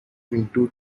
into